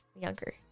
younger